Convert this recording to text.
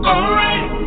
Alright